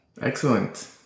Excellent